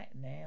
now